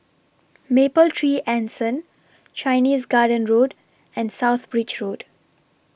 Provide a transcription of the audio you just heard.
Mapletree Anson Chinese Garden Road and South Bridge Road